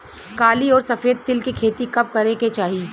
काली अउर सफेद तिल के खेती कब करे के चाही?